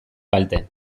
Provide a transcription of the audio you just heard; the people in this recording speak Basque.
kalte